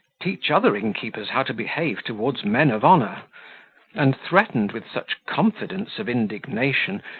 teach other innkeepers how to behave towards men of honour and threatened with such confidence of indignation,